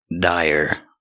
dire